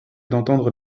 d’entendre